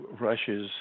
Russia's